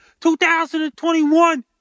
2021